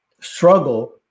struggle